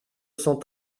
cent